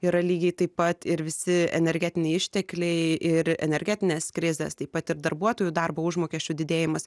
yra lygiai taip pat ir visi energetiniai ištekliai ir energetinės krizės taip pat ir darbuotojų darbo užmokesčio didėjimas